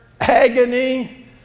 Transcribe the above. agony